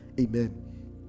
Amen